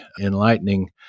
enlightening